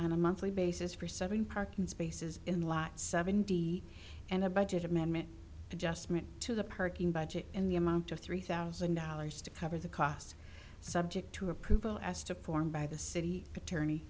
a monthly basis for seven parking spaces in the lot seven d and a budget amendment adjustment to the parking budget in the amount of three thousand dollars to cover the costs subject to approval as to form by the city attorney